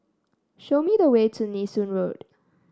show me the way to Nee Soon Road